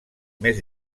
més